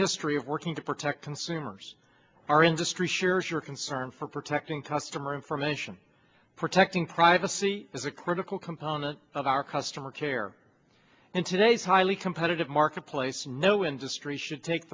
history of working to protect consumers our industry shares your concern for protecting touched him or information protecting privacy is a critical component of our customer care in today's highly competitive marketplace and no industry should take